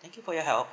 thank you for your help